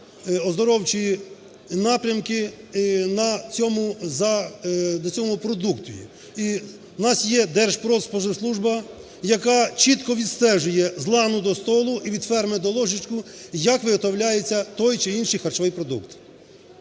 оздоровчі напрямки на цьому за… на цьому продукті. І в нас є Держпродспоживслужба, яка чітко відстежує з лану до столу і від ферми до ложечки, як виготовляється той чи інший харчовий продукт.